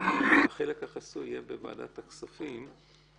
החלק החסוי יהיה בחדר